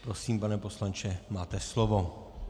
Prosím, pane poslanče, máte slovo.